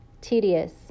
Tedious